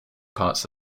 parts